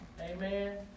Amen